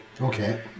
Okay